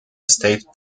state